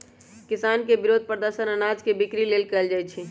किसान के विरोध प्रदर्शन अनाज के बिक्री लेल कएल जाइ छै